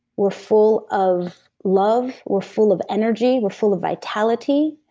we're full of love, we're full of energy, we're full of vitality,